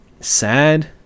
sad